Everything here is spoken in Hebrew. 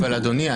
אבל אדוני,